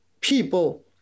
people